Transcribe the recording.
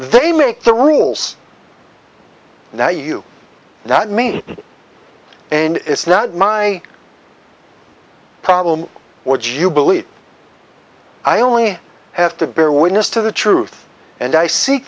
they make the rules now you not me and it's not my problem what you believe i only have to bear witness to the truth and i see